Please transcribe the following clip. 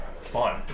fun